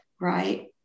right